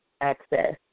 access